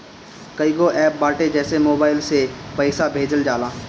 कईगो एप्प बाटे जेसे मोबाईल से पईसा भेजल जाला